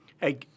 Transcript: Hey